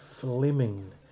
Fleming